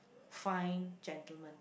fine gentleman